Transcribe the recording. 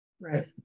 Right